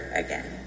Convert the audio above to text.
again